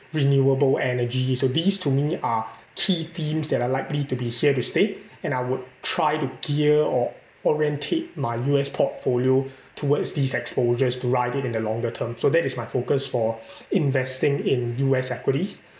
renewable energy so these to me are key themes that are likely to be here to stay and I would try to gear or orientate my U_S portfolio towards these exposures to ride it in the longer term so that is my focus for investing in U_S equities